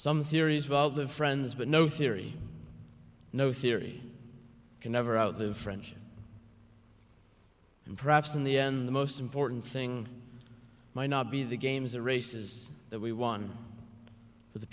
some theories about their friends but no theory no theory can never out the french and perhaps in the end the most important thing might not be the games the races that we won but the